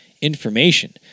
information